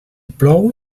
plou